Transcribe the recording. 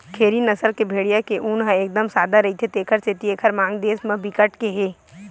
खेरी नसल के भेड़िया के ऊन ह एकदम सादा रहिथे तेखर सेती एकर मांग देस म बिकट के हे